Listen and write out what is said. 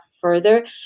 further